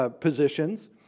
positions